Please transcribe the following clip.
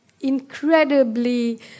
incredibly